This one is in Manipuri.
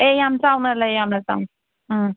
ꯑꯦ ꯌꯥꯝ ꯆꯥꯎꯅ ꯂꯩ ꯌꯥꯝꯅ ꯆꯥꯎꯅ ꯎꯝ